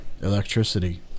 electricity